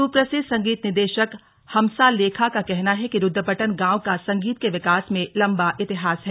सुप्रसिद्ध संगीत निदेशक हमसालेखा का कहना है कि रूद्रपट्टन गांव का संगीत के विकास में लंबा इतिहास है